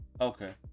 Okay